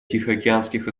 тихоокеанских